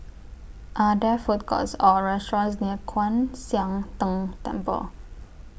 Are There Food Courts Or restaurants near Kwan Siang Tng Temple